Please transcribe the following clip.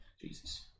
Jesus